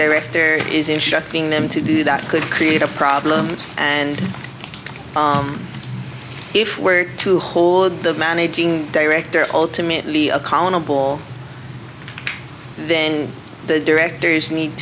director is instructing them to do that could create a problem and if we're to hold the managing director ultimately accountable then the directors need